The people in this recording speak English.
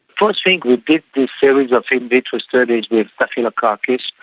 first thing we did this series of in vitro studies with staphylococcus,